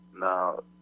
Now